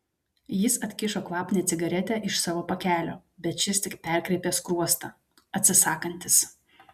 jis atkišo kvapnią cigaretę iš savo pakelio bet šis tik perkreipė skruostą atsisakantis